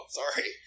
sorry